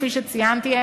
כפי שציינתי,